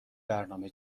برنامه